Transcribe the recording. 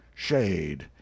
Shade